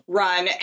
run